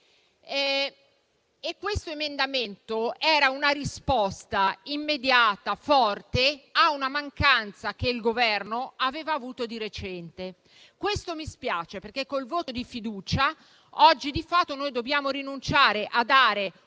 Questo emendamento era una risposta immediata e forte a una mancanza che il Governo aveva avuto di recente, ma con il voto di fiducia oggi di fatto dobbiamo rinunciare a dare